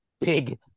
Big